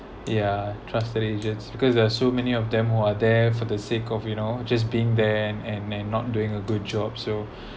ya trusted agents because there are so many of them who are there for the sake of you know just being there and and may not doing a good job so